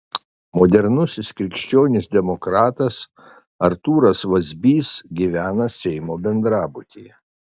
modernusis krikščionis demokratas artūras vazbys gyvena seimo bendrabutyje